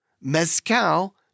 Mezcal